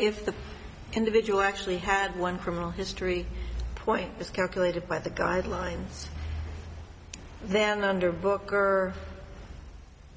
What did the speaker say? if the individual actually had one criminal history point this calculated by the guidelines and then under booker